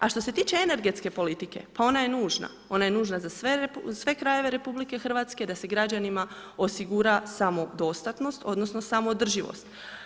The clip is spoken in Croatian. A što se tiče energetske politike, pa ona je nužna, ona je nužna za sve krajeve RH da se građanima osigura samodostatnost odnosno samoodrživost.